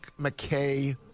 McKay